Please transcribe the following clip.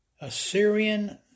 Assyrian